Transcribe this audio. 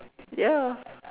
ya